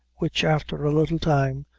which, after a little time,